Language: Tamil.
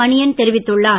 மணியன் தெரிவித்துள்ளார்